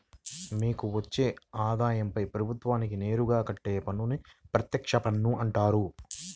మీకు వచ్చే ఆదాయంపై ప్రభుత్వానికి నేరుగా కట్టే పన్నును ప్రత్యక్ష పన్ను అంటారు